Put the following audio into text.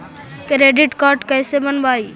Credit card कैसे बनवाई?